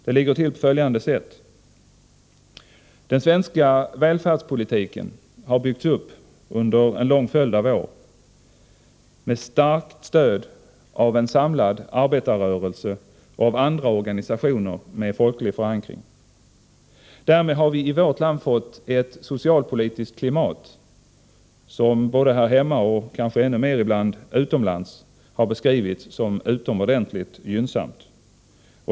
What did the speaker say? Det ligger till på följande sätt: Den svenska välfärdspolitiken har byggts upp under en lång följd av år med starkt stöd av en samlad arbetarrörelse och av andra organisationer med folklig förankring. Därmed har vi i vårt land fått ett socialpolitiskt klimat som både här hemma och kanske i ännu högre grad utomlands har beskrivits som utomordentligt gynnsamt.